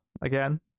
Again